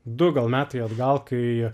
du gal metai atgal kai